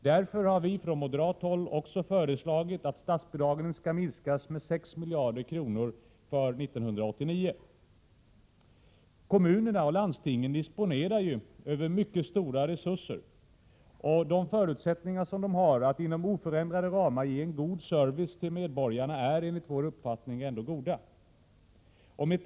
Därför har vi från moderat håll föreslagit att statsbidraget skall minskas med 6 miljarder kronor för 1989. Kommunerna och landstingen disponerar ju över mycket stora resurser. Deras förutsättningar att inom oförändrade ramar ge en god service till medborgarna är enligt vår uppfattning goda. Med tanke på den tidigare så Prot.